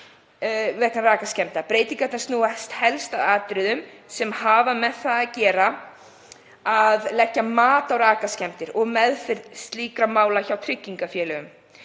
Breytingarnar snúa helst að atriðum sem hafa með það að gera að leggja mat á rakaskemmdir og meðferð slíkra mála hjá tryggingafélögum.